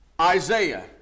Isaiah